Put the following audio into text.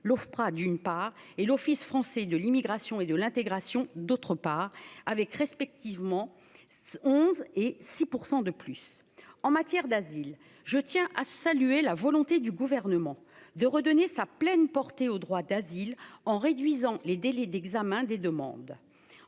l'Ofpra, d'une part et l'Office français de l'Immigration et de l'intégration d'autre part, avec respectivement 11 et 6 % de plus en matière d'asile, je tiens à saluer la volonté du gouvernement de redonner sa pleine porté au droit d'asile en réduisant les délais d'examen des demandes